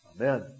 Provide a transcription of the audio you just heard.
Amen